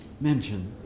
mention